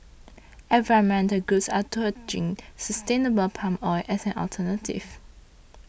environmental groups are touting sustainable palm oil as an alternative